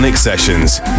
sessions